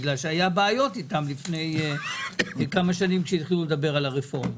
היו בעיות איתם לפני כמה שנים כשהתחילו לדבר על הרפורמה.